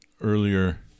earlier